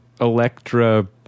Electra